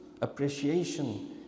appreciation